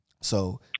So-